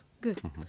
Good